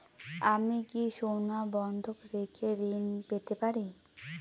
আমি কি সোনা বন্ধক রেখে ঋণ পেতে পারি?